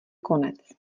konec